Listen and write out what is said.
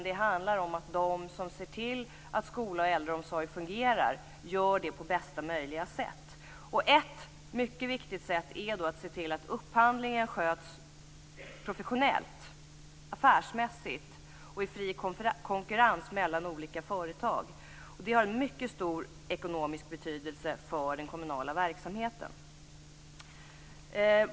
Det handlar om att de som ser till att skola och äldreomsorg fungerar gör det på bästa möjliga sätt. Ett mycket viktigt sätt är att se till att upphandlingen sköts professionellt, affärsmässigt och i fri konkurrens mellan olika företag. Det har en mycket stor ekonomisk betydelse för den kommunala verksamheten.